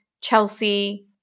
Chelsea